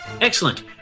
Excellent